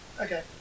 Okay